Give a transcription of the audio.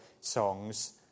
songs